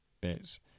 bits